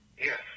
Yes